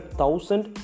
thousand